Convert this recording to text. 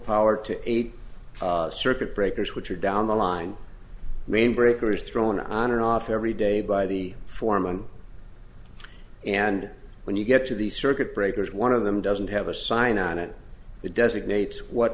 power to eight circuit breakers which are down the line main breaker is thrown on and off every day by the foreman and when you get to the circuit breakers one of them doesn't have a sign on it it designates what